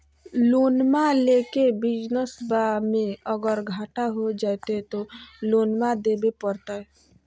लोनमा लेके बिजनसबा मे अगर घाटा हो जयते तो लोनमा देवे परते?